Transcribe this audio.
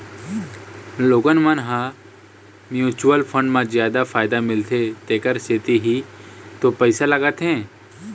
लोगन मन ह म्युचुअल फंड म जादा फायदा मिलथे तेखर सेती ही तो पइसा लगाथे